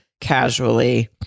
casually